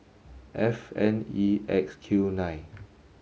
F N E X Q nine